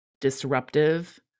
disruptive